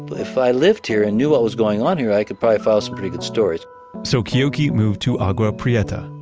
if i lived here and knew what was going on here, i could probably file some pretty good stories so keoki moved to agua prieta,